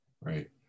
right